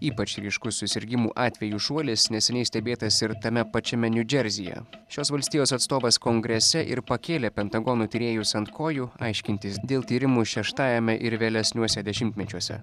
ypač ryškus susirgimų atvejų šuolis neseniai stebėtas ir tame pačiame niu džerzyje šios valstijos atstovas kongrese ir pakėlė pentagono tyrėjus ant kojų aiškintis dėl tyrimų šeštajame ir vėlesniuose dešimtmečiuose